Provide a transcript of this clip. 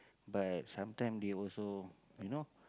but sometime they also you know